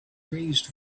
raised